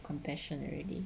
compassion already